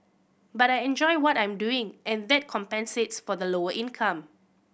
but I enjoy what I'm doing and that compensates for the lower income